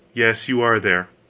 yes, you are there.